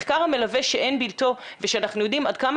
המחקר המלווה שאין בלתו ושאנחנו יודעים עד כמה